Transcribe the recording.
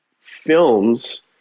films